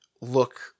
look